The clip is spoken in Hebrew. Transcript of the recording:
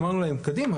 אמרנו להם: קדימה,